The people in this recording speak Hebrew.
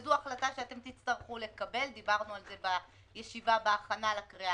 וזו החלטה שאתם תצטרכו לקבל דיברנו על בישיבה בהכנה לקריאה